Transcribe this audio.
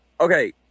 okay